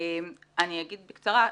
אני אגיד בקצרה.